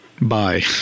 Bye